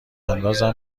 انداز